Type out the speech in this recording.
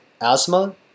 asthma